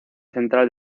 central